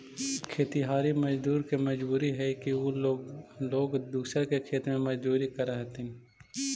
खेतिहर मजदूर के मजबूरी हई कि उ लोग दूसर के खेत में मजदूरी करऽ हथिन